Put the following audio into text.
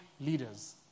leaders